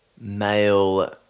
male